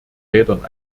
rädern